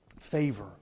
favor